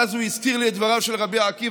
ואז הוא הזכיר לי את דבריו של רבי עקיבא,